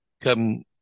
come